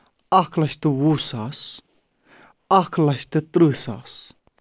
اَکھ لَچھ تہٕ وُہ ساس اَکھ لَچھ تہٕ تٕرٛہ ساس